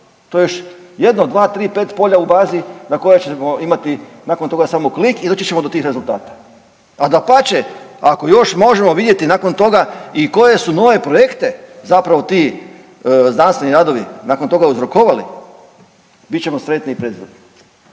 to je još jedno dva, tri, pet polja u bazi na koje ćemo nakon toga imati samo klik i doći ćemo do tih rezultata. A dapače ako još možemo vidjeti nakon toga i koje su nove projekte zapravo ti znanstveni radovi nakon toga uzrokovali bit ćemo sretni i presretni.